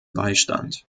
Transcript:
beistand